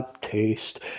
taste